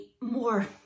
more